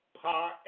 par